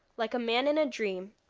like a man in a dream,